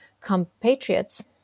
compatriots